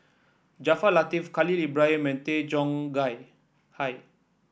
Jaafar Latiff Khalil Ibrahim Tay Chong Gay Hai